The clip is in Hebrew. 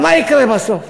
אבל מה יקרה בסוף?